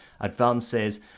advances